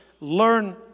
learn